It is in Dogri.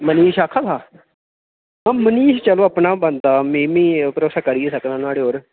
मनीश आक्खा दा ओह् मनीश चलो अपना बंदा ऐ में बी भरोसा करी सकनां नुहाड़े पर